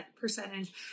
percentage